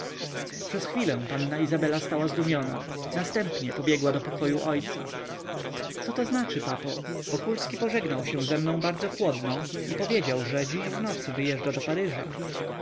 przez chwilę panna izabela stała zdumiona następnie pobiegła do pokoju ojca co to znaczy papo wokulski pożegnał się ze mną bardzo chłodno i powiedział że dziś w nocy wyjeżdża do paryża